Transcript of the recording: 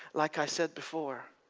like i said before,